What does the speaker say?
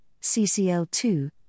CCL2